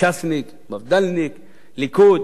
ש"סניק, מפד"לניק, ליכוד.